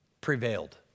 prevailed